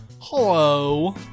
Hello